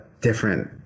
different